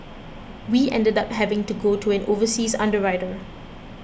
we ended up having to go to an overseas underwriter